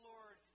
Lord